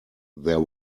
there